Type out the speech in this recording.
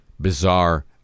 bizarre